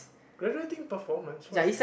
graduating performance what's